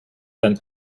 than